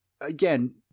again-